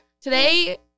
Today